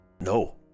no